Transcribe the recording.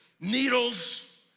needles